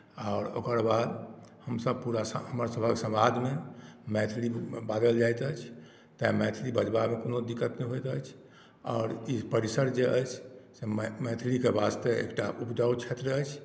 आओर ओकर बाद हमसभ पूरा हमरसभक पूरा समाजमे मैथिली बाजल जाइत अछि तेँ मैथिली बजबामे कोनो दिक्कत नहि होइत अछि आओर ई परिसर जे अछि से मै मैथिलीक वास्ते एकटा उपजाउ क्षेत्र अछि